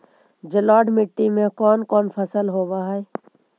जलोढ़ मट्टी में कोन कोन फसल होब है?